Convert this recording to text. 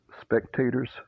Spectators